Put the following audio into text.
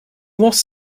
was